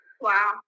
wow